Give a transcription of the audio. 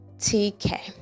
T-K